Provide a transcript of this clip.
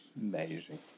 Amazing